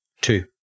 two